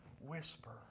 whisper